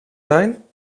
zijn